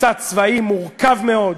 מבצע צבאי מורכב מאוד,